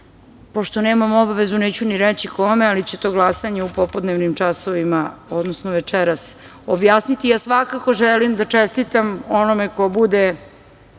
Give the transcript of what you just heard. Pošto nemamo obavezu, neću ni reći kome, ali će to glasanje u popodnevnim časovima, odnosno večeras, objasniti. Ja svakako želim da čestitam onome ko bude